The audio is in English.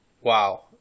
Wow